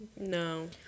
no